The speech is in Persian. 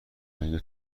مگه